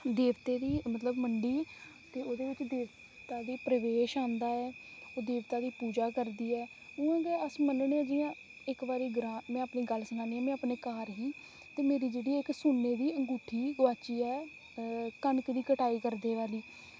देवते दी मतलब मंडी ते ओह्दे बिच देवता दा प्रवेश औंदा ऐ ते ओह् देवता दी पूजा करदी ऐ इं'या ते अस मनने आं इक्क बारी में अपने ग्रांऽ दी गल्ल सनानी आं में अपने घर ही ते मेरी इक्क जेह्ड़ी सुन्ने दी अंगूठी ही ओह् गुआची ऐ कनक दी कटाई करदे बारी